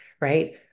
right